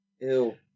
Ew